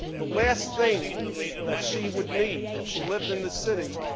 the last thing that she would need if she lived in the city,